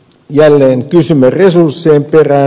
jälleen kysymme resurssien perään